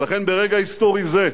ולכן, ברגע היסטורי זה,